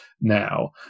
now